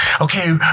Okay